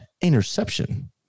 interception